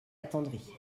attendri